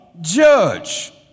judge